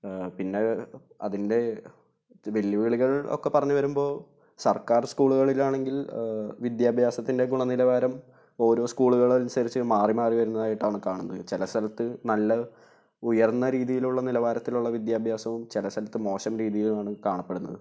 പിന്നെ അതിൻ്റെ വെല്ലുവിളികൾ ഒക്കെ പറഞ്ഞുവരുമ്പോള് സർക്കാർ സ്കൂളുകളിലാണെങ്കിൽ വിദ്യാഭ്യാസത്തിൻ്റെ ഗുണനിലവാരം ഓരോ സ്കൂളുകളനുസരിച്ച് മാറിമാറി വരുന്നതായിട്ടാണ് കാണുന്നത് ചില സ്ഥലത്ത് നല്ല ഉയർന്നരീതിയിലുള്ള നിലവാരത്തിലുള്ള വിദ്യാഭ്യാസവും ചില സ്ഥലത്ത് മോശം രീതിയുമാണ് കാണപ്പെടുന്നത്